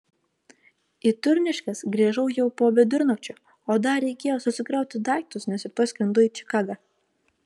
į turniškes grįžau jau po vidurnakčio o dar reikėjo susikrauti daiktus nes rytoj skrendu į čikagą